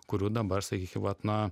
kurių dabar sakykime vat na